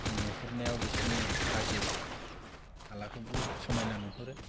नुहरनायाव बिसोरनि हाजो हालाखौ बुहुद समायना नुहरो